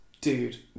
dude